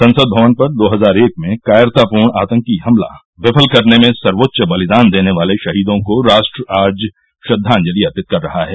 संसद भवन पर दो हजार एक में कायरतापूर्ण आतंकी हमला विफल करने में सर्वोच्च बलिदान देने वाले शहीदों को राष्ट्र आज श्रद्वांजलि अर्पित कर रहा है